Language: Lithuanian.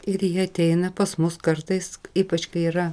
ir jie ateina pas mus kartais ypač kai yra